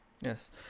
Yes